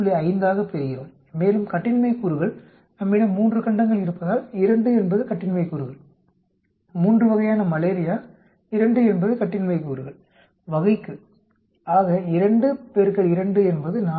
5 ஆகப் பெறுகிறோம் மேலும் கட்டின்மை கூறுகள் நம்மிடம் 3 கண்டங்கள் இருப்பதால் 2 என்பது கட்டின்மை கூறுகள் 3 வகையான மலேரியா 2 என்பது கட்டின்மை கூறுகள் வகைக்கு ஆக 2 2 என்பது 4